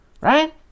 Right